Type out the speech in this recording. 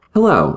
Hello